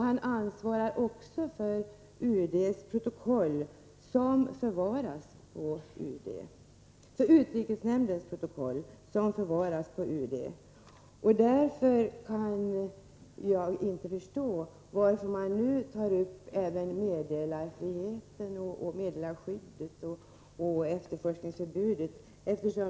Han ansvarar också för utrikesnämndens protokoll, som förvaras på UD. Därför kan jag inte förstå varför man nu tar upp även meddelarfriheten, meddelarskyddet och efterforskningsförbudet.